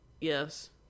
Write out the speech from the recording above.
Yes